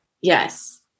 Yes